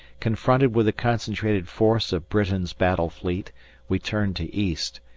confronted with the concentrated force of britain's battle fleet we turned to east,